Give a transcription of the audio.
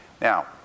now